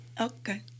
Okay